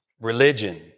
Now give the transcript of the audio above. Religion